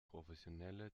professionelle